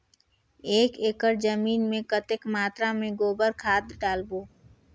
एक एकड़ जमीन मे कतेक मात्रा मे गोबर खाद डालबो?